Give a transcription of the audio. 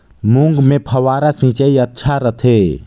मूंग मे फव्वारा सिंचाई अच्छा रथे?